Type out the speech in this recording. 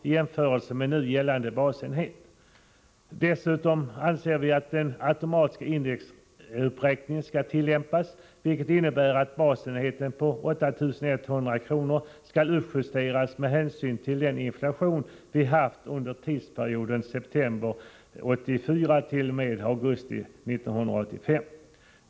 i jämförelse med nu gällande basenhet. Dessutom anser vi att den automatiska indexuppräkningen bör tillämpas, vilket innebär att basenheten på 8 100 kr. skall uppjusteras med hänsyn till den inflation vi haft under tidsperioden september 1984—-augusti 1985.